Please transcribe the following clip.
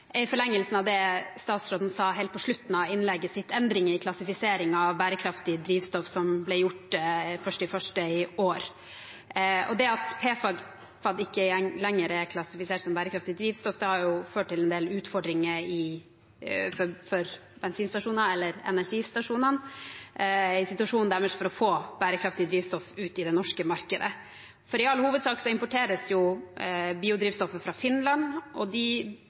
er i forlengelsen av det statsråden sa helt på slutten av innlegget sitt, om endringen i klassifisering av bærekraftig drivstoff som ble gjort 1. januar i år. Det at PFAD ikke lenger er klassifisert som bærekraftig drivstoff, har ført til en del utfordringer for bensin-/energistasjonenes situasjon for å få bærekraftig drivstoff ut i det norske markedet. I all hovedsak importeres biodrivstoffet fra Finland. De igjen importerer en del, og